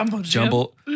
Jumble